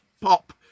pop